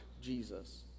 Jesus